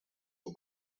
the